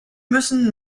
müssen